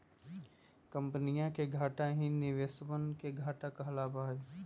कम्पनीया के घाटा ही निवेशवन के घाटा कहलावा हई